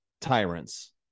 tyrants